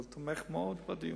אבל אני תומך מאוד בדיון,